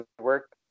work